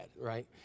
right